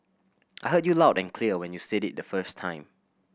I heard you loud and clear when you said it the first time